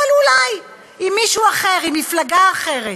אבל אולי עם מישהו אחר, עם מפלגה אחרת.